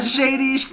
Shady